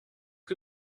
que